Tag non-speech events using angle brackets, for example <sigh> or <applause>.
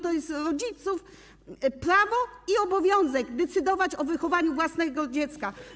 To jest rodziców prawo i obowiązek: <noise> decydowanie o wychowaniu własnego dziecka.